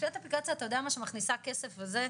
מפעילת אפליקציה שמכניסה כסף וזה,